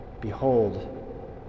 Behold